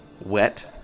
wet